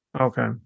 okay